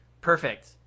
Perfect